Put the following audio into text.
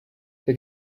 they